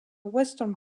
western